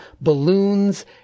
balloons